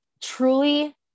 truly